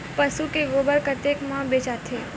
पशु के गोबर कतेक म बेचाथे?